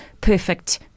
perfect